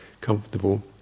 comfortable